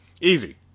Easy